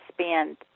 spend